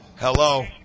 Hello